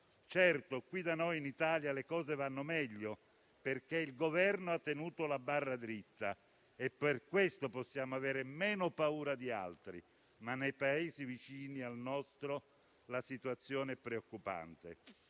certo qui da noi, in Italia, le cose vanno meglio, perché il Governo ha tenuto la barra dritta e per questo possiamo avere meno paura di altri, ma nei Paesi vicini al nostro la situazione è preoccupante.